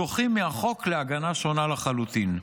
זוכים מהחוק להגנה שונה לחלוטין: